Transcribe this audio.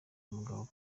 umugabo